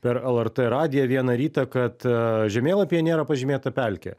per lrt radiją vieną rytą kad žemėlapyje nėra pažymėta pelkė